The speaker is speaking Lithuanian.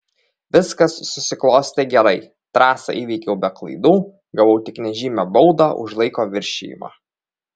viskas susiklostė gerai trasą įveikiau be klaidų gavau tik nežymią baudą už laiko viršijimą